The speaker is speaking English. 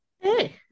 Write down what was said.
Hey